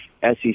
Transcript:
SEC